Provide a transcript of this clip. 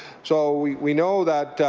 so we we know that